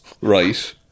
right